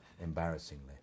Embarrassingly